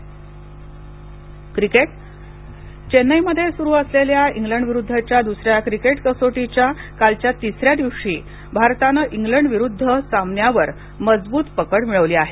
Chennai cricket चेन्नईमध्ये सुरू असलेल्या इंग्लंडविरूद्धच्या द्सऱ्या क्रिकेट कसोटीच्या कालच्या तिसऱ्या दिवशी भारतानं इंग्लंडविरुद्ध सामन्यावर मजबूत पकड मिळवली आहे